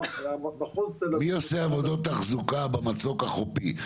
מי עושה עבודות תחזוקה במצוק החופי?